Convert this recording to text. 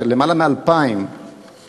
למעלה מ-2,000 אנשים,